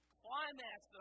climax